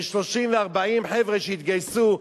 מ-30 ו-40 חבר'ה שהתגייסו,